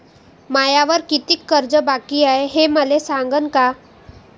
मायावर कितीक कर्ज बाकी हाय, हे मले सांगान का?